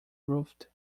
roofed